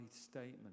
statement